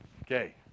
Okay